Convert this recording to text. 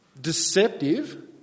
deceptive